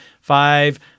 five